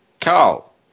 Carl